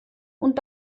und